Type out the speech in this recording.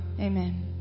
Amen